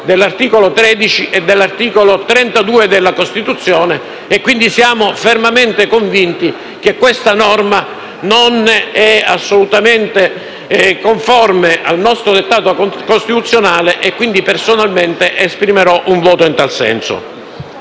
dell'articolo 13 e dell'articolo 32 della Costituzione. Noi siamo fermamente convinti che questa norma non sia assolutamente conforme al nostro dettato costituzionale, quindi, esprimeremo un voto in tal senso.